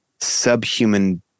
subhuman